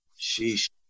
sheesh